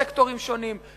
סקטורים שונים,